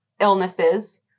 illnesses